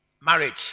Marriage